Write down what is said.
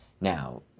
Now